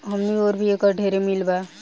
हमनी ओर भी एकर ढेरे मील बा